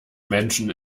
menschen